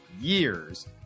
years